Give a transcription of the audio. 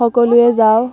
সকলোৱে যাওঁ